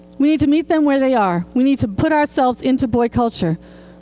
we need to meet them where they are. we need to put ourselves into boy culture.